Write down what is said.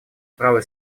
право